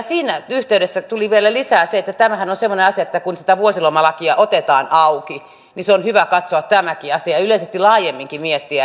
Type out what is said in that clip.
siinä yhteydessä tuli vielä lisää se että tämähän on semmoinen asia että kun sitä vuosilomalakia otetaan auki niin on hyvä katsoa tämäkin asia ja yleisesti laajemminkin miettiä